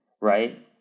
right